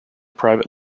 private